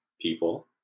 people